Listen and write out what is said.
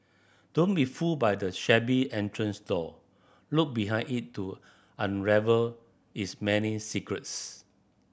don't be fooled by the shabby entrance door look behind it to unravel its many secrets